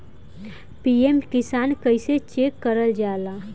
PM Kisan कइसे check करल जाला?